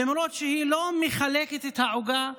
למרות שהיא לא מחלקת את העוגה באחוזים,